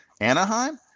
Anaheim